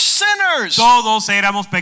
sinners